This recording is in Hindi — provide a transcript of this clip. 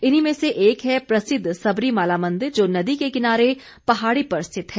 इन्हीं में से एक है प्रसिद्ध सबरीमाला मंदिर जो नदी के किनारे पहाड़ी पर स्थित है